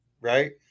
right